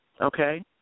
okay